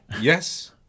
Yes